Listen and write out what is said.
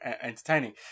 entertaining